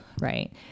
right